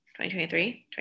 2023